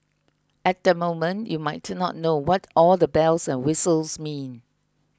at the moment you might to not know what all the bells and whistles mean